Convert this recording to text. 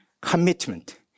commitment